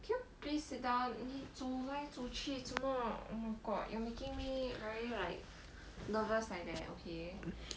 because 去什么 oh my god you're making me very like nervous like that okay